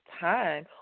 time